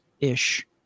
ish